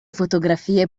fotografie